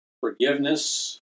forgiveness